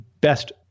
best